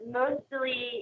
mostly